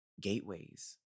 gateways